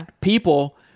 people